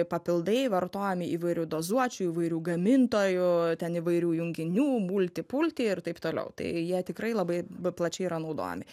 papildai vartojami įvairių dozuočių įvairių gamintojų ten įvairių junginių multi pulti ir taip toliau tai jie tikrai labai plačiai yra naudojami